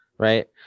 Right